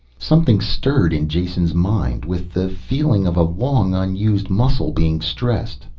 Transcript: something stirred in jason's mind, with the feeling of a long unused muscle being stressed.